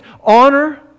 honor